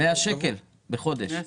זה 100 שקל בחודש.